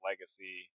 legacy